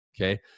okay